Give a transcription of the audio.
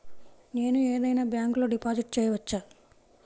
నేను ఏదైనా బ్యాంక్లో డబ్బు డిపాజిట్ చేయవచ్చా?